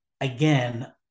again